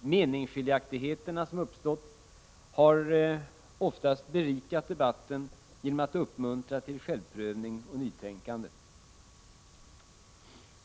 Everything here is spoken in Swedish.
Meningsskiljaktigheterna som uppstått har oftast berikat debatten genom att uppmuntra till självprövning och nytänkande.